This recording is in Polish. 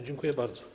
Dziękuję bardzo.